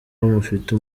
mufite